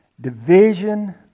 division